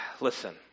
Listen